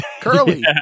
Curly